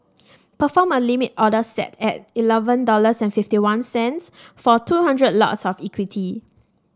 perform a limit order set at eleven dollars fifty one cent for two hundred lots of equity